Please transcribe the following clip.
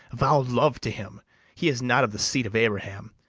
vow love to him he is not of the seed of abraham